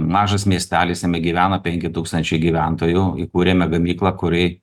mažas miestelis jame gyvena penki tūkstančiai gyventojų įkūrėme gamyklą kuriai